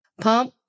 pump